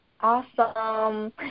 Awesome